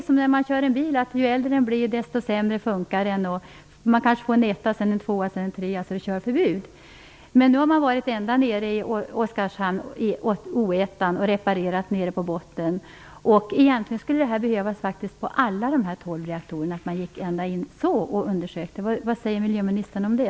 Det är som med en bil. Ju äldre den blir desto sämre funkar den. Den kanske först får en etta, sedan en tvåa och en trea. Sedan blir det körförbud. Nu har man varit i Oskarshamn 1 och reparerat nere på botten. Egentligen skulle man behöva undersöka alla 12 reaktorer på det sättet. Vad säger miljöministern om det?